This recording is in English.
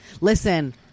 Listen